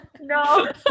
No